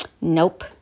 Nope